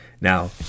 Now